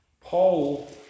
Paul